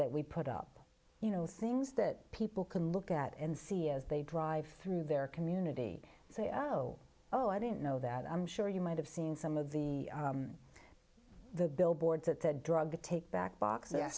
that we put up you know things that people can look at and see as they drive through their community say oh oh i didn't know that i'm sure you might have seen some of the the billboards at the drug take back box